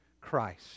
Christ